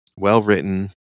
well-written